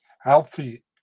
healthy